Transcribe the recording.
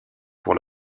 pour